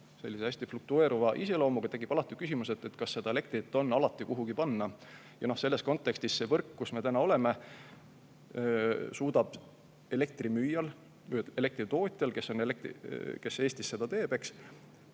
näitan, hästi fluktueeriva iseloomuga, siis tekib alati küsimus, kas seda elektrit on alati kuhugi panna. Selles kontekstis see võrk, kus me täna oleme, suudab elektritootjal, kes Eestis seda teeb,